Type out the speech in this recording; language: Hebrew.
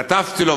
כתבתי לו,